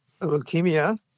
leukemia